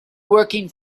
working